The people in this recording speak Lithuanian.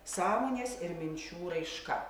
sąmonės ir minčių raiška